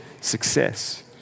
success